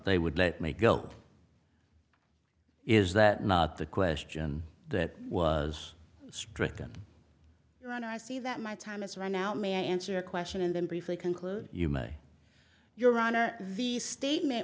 they would let me go is that not the question that was stricken when i see that my time is right now may i answer your question and then briefly conclude you may your honor the statement